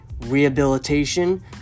rehabilitation